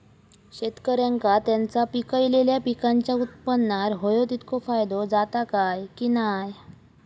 शेतकऱ्यांका त्यांचा पिकयलेल्या पीकांच्या उत्पन्नार होयो तितको फायदो जाता काय की नाय?